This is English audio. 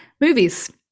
movies